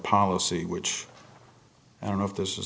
policy which i don't know if this is